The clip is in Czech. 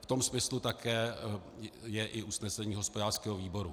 V tom smyslu je také i usnesení hospodářského výboru.